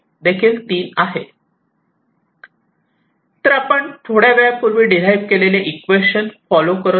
पण आपण थोड्यावेळापूर्वी डीराईव्ह केलेले इक्वेशन फॉलो करत आहोत